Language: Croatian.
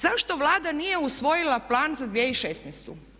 Zašto Vlada nije usvojila Plan za 2016.